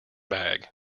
bag